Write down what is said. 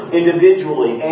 individually